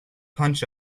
punch